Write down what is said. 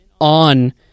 on